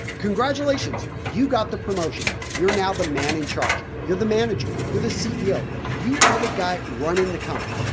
congratulations! you got the promotion. you're now the man in charge, you're the manager, you're the ceo. you are the guy running the company,